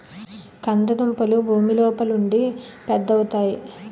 కంద దుంపలు భూమి లోపలుండి పెద్దవవుతాయి